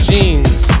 Jeans